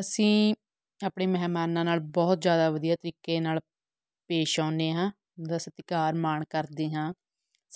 ਅਸੀਂ ਆਪਣੇ ਮਹਿਮਾਨਾਂ ਨਾਲ ਬਹੁਤ ਜ਼ਿਆਦਾ ਵਧੀਆ ਤਰੀਕੇ ਨਾਲ ਪੇਸ਼ ਆਉਂਦੇ ਹਾਂ ਉਸਦਾ ਸਤਿਕਾਰ ਮਾਣ ਕਰਦੇ ਹਾਂ